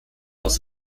aus